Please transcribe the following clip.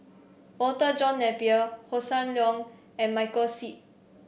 Walter John Napier Hossan Leong and Michael Seet